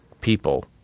people